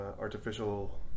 artificial